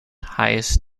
highest